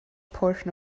portion